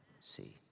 See